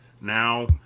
now